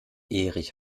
erich